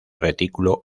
retículo